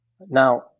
Now